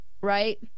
right